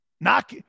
knock